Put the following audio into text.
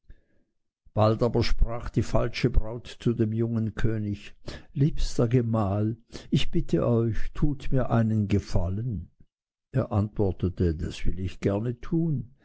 bald aber sprach die falsche braut zu dem jungen könig liebster gemahl ich bitte euch tut mir einen gefallen er antwortete das will ich gerne tun